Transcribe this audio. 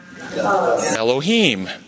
Elohim